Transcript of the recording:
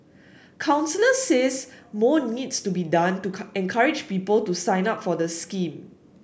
counsellors says more needs to be done to encourage people to sign up for the scheme